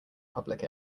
public